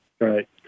Right